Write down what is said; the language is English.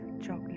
chocolate